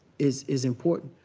is is important.